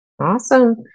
Awesome